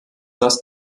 das